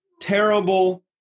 terrible